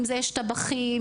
הטבחים,